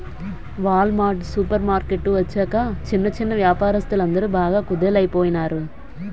wall mart super market వచ్చాక చిన్న చిన్నా వ్యాపారస్తులందరు బాగా కుదేలయిపోనారు